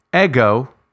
ego